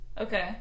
Okay